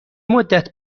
مدت